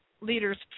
leaders